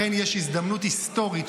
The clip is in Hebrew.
יש הזדמנות היסטורית,